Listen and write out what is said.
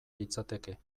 litzateke